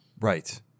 Right